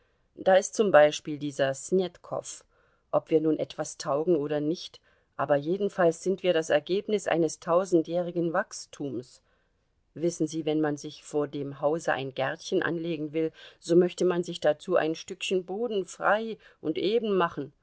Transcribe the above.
da ist zum beispiel dieser snetkow ob wir nun etwas taugen oder nicht aber jedenfalls sind wir das ergebnis eines tausendjährigen wachstums wissen sie wenn man sich vor dem hause ein gärtchen anlegen will so möchte man sich dazu ein stückchen boden frei und eben machen